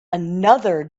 another